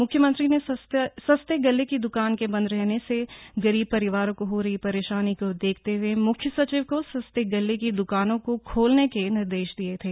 मुख्यमंत्री ने सस्ते गल्ले की दुकान के बंद रहने से गरीब परिवारों को हो रही परेशानी को देखते हुए मुख्य सचिव को सस्ते गल्ले की दुकानों को खोलने के निर्देश दिये थे